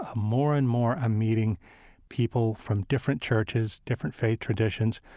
ah more and more i'm meeting people from different churches, different faith traditions,